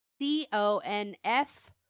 C-O-N-F